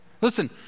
Listen